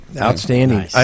Outstanding